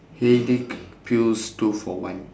headache pills two for one